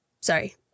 sorry